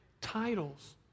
titles